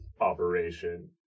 operation